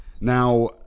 Now